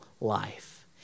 life